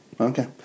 okay